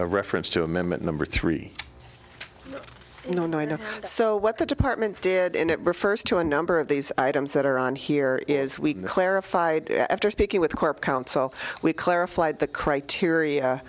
real reference to amendment number three you know and i know so what the department did and it refers to a number of these items that are on here is we clarified after speaking with corp council we clarified the criteria